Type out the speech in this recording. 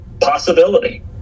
possibility